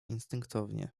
instynktownie